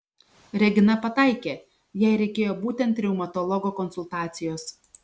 regina pataikė jai reikėjo būtent reumatologo konsultacijos